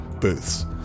booths